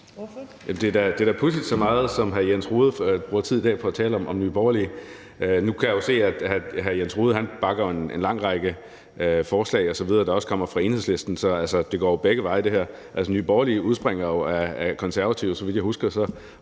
Det er da pudsigt, så meget tid hr. Jens Rohde bruger i dag på at tale om Nye Borgerlige. Nu kan jeg jo se, at hr. Jens Rohde bakker op om en lang række forslag osv., der også kommer fra Enhedslisten, så det her går jo begge veje. Nye Borgerlige udspringer jo af Konservative. Så vidt jeg husker,